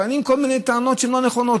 טוענים כל מיני טענות שהן לא נכונות.